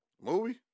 Movie